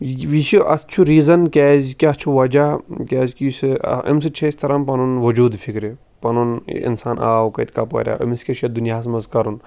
یہِ چھِ اَتھ چھُ ریٖزَن کیٛازِکہِ اَتھ چھُ وَجہ کیٛازکہِ یُس یہِ آ اَمہِ سۭتۍ چھِ اَسہِ تَران پَنُن وجوٗد فِکرِ پَنُن اِنسان آو کَتہِ کَپٲرۍ آو أمِس کیٛاہ چھُ یَتھ دُنیاہَس منٛز کَرُن